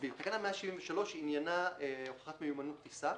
תקנה 173 עניינה הוכחת מיומנות טיסה.